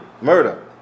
Murder